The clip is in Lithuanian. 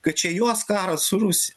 kad čia jos karas su rusija